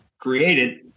created